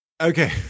Okay